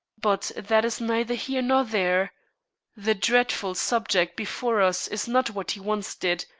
but that is neither here nor there the dreadful subject before us is not what he once did,